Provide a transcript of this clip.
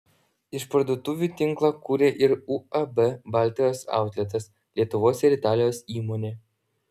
išparduotuvių tinklą kuria ir uab baltijos autletas lietuvos ir italijos įmonė